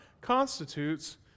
constitutes